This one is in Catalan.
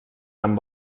amb